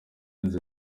inzu